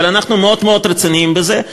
אבל אנחנו מאוד מאוד רציניים בזה,